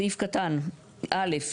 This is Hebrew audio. סעיף קטן (א),